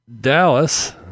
Dallas